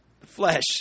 Flesh